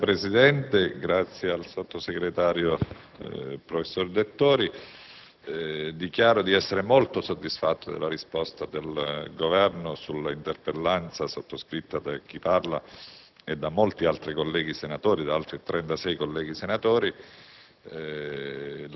Signor Presidente, ringrazio il sottosegretario, professor Dettori. Dichiaro di essere molto soddisfatto della risposta del Governo all'interpellanza sottoscritta da chi parla e da altri 36 colleghi senatori. La risposta dimostra